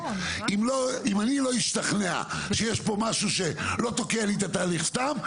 אם אני לא אשתכנע שיש פה משהו שלא תוקע לי את התהליך סתם,